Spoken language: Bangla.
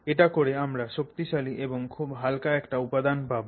এটা করে আমরা শক্তিশালী এবং খুব হালকা একটা উপাদান পাবো